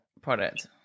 product